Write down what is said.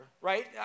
right